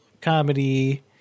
comedy